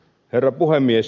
herra puhemies